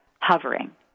hovering